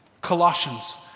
Colossians